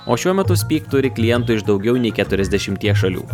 o šiuo metu speak turi klientų iš daugiau nei keturiasdešimties šalių